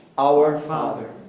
our father,